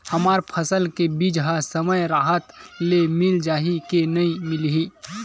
हमर फसल के बीज ह समय राहत ले मिल जाही के नी मिलही?